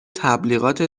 تبلیغات